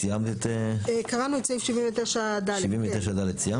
קראנו את סעיף 79ד. 79ד סיימת?